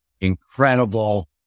incredible